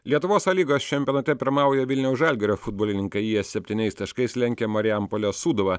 lietuvos a lygos čempionate pirmauja vilniaus žalgirio futbolininkai jie septyniais taškais lenkia marijampolės sūduvą